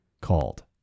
called